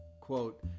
quote